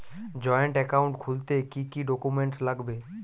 Joint account খুলতে কি কি ডকুমেন্টস লাগবে?